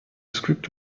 script